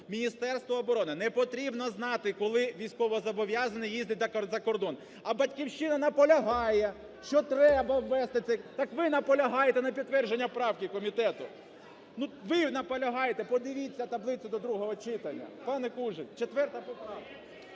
Міністерству оборони не потрібно знати коли військовозобов'язаний їздить закордон, а "Батьківщина" наполягає, що треба ввести це. Так ви наполягаєте на підтвердження правки комітету. Ну ви наполягаєте, подивіться таблицю до другого читання, пані Кужель, 4 поправка.